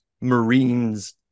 Marines